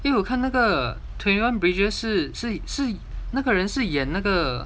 因为我看那个 twenty one bridges 是是是那个人饰演那个